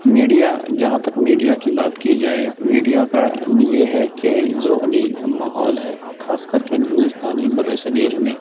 media جہاں تک media کی بات کی جائے تو میڈیا کام یہ ہے کہ جو ابھی ماحول ہے خاص کر کے ہندوستانی بر صغیر میں